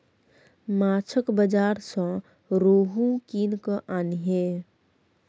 माछक बाजार सँ रोहू कीन कय आनिहे